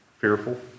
fearful